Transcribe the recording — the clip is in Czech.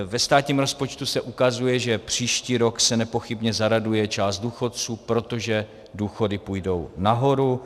Ve státním rozpočtu se ukazuje, že příští rok se nepochybně zaraduje část důchodců, protože důchody půjdou nahoru.